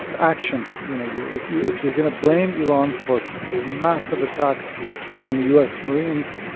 action. you know, you if you if you're going to blame iran for a massive attack on the u s. marines,